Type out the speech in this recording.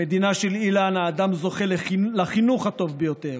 במדינה של אילן האדם זוכה לחינוך הטוב ביותר,